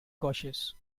cautious